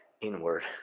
inward